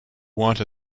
want